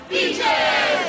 Beaches